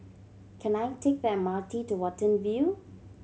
can I take the M R T to Watten View